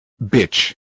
Bitch